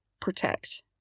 protect